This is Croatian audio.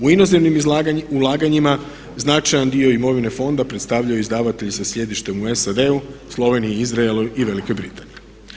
U inozemnim ulaganjima značajan dio imovine fonda predstavljaju izdavatelji sa sjedištem u SAD-u, Sloveniji, Izraelu i Velikoj Britaniji.